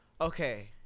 Okay